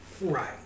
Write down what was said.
Right